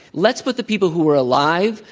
let's put the people who are alive,